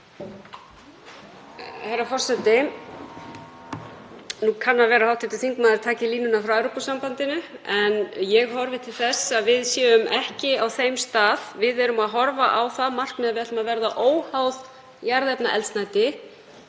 Herra forseti. Nú kann að vera að hv. þingmaður taki línuna frá Evrópusambandinu en ég horfi til þess að við séum ekki á þeim stað. Við erum að horfa á það markmið að við ætlum að verða óháð jarðefnaeldsneyti